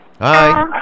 hi